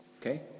Okay